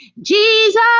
Jesus